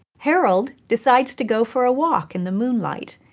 harold decides to go for a walk in the moonlight,